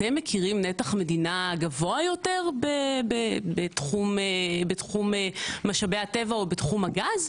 אתם מכירים נתח מדינה גבוה יותר בתחום משאבי הטבע או בתחום הגז?